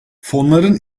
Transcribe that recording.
fonların